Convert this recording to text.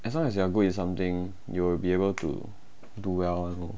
as long as you are good in something you will be able to do well you know